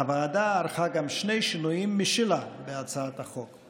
הוועדה ערכה גם שני שינויים משלה בהצעת החוק.